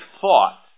thought